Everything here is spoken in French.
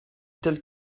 telle